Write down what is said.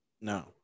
no